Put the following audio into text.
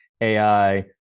AI